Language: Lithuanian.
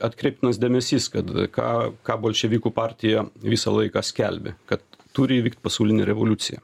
atkreiptinas dėmesys kad ką ką bolševikų partija visą laiką skelbė kad turi įvykt pasaulinė revoliucija